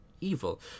evil